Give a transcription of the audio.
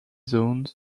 zone